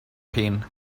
pen